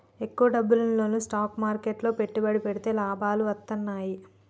ఎక్కువ డబ్బున్నోల్లు స్టాక్ మార్కెట్లు లో పెట్టుబడి పెడితే లాభాలు వత్తన్నయ్యి